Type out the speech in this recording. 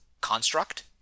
construct